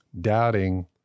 doubting